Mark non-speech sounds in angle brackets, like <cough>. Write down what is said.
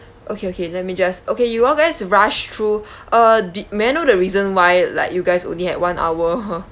okay okay let me just okay you all guys rush through uh did may I know the reason why like you guys only had one hour <laughs>